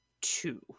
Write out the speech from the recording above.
two